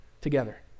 together